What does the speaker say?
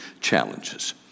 challenges